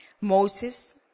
Moses